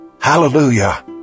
Hallelujah